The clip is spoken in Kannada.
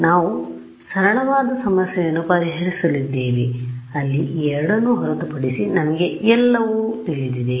ಆದ್ದರಿಂದ ನಾವು ಸರಳವಾದ ಸಮಸ್ಯೆಯನ್ನು ಪರಿಹರಿಸುತ್ತಿದ್ದೇವೆ ಅಲ್ಲಿ ಈ ಎರಡನ್ನು ಹೊರತುಪಡಿಸಿ ನಮಗೆ ಎಲ್ಲವೂ ತಿಳಿದಿದೆ